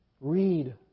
read